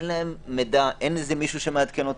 אין להם מידע, אין מי שמעדכן אותם.